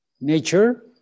nature